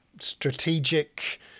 strategic